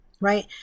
right